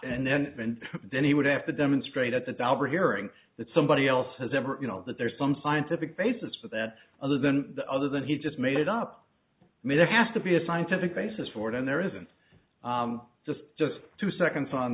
and then and then he would have to demonstrate that the doubter hearing that somebody else has ever you know that there's some scientific basis for that other than the other than he just made it up made it have to be a scientific basis for it and there isn't just just two seconds on